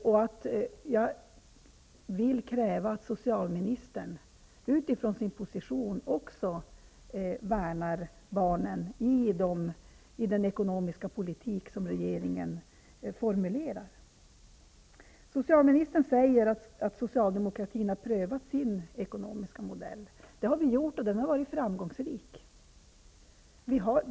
Jag kräver att socialministern utifrån sin position också värnar barnen i den ekonomiska politik som regeringen formulerar. Socialministern säger att Socialdemokraterna har prövat sin ekonomiska modell. Det har vi gjort, och den har varit framgångsrik.